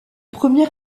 premier